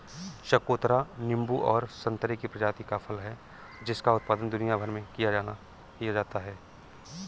चकोतरा नींबू और संतरे की प्रजाति का फल है जिसका उत्पादन दुनिया भर में किया जाता है